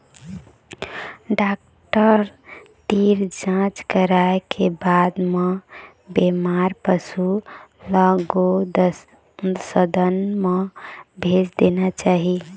doctor तीर जांच कराए के बाद म बेमार पशु ल गो सदन म भेज देना चाही